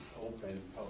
open